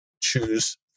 choose